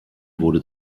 wurde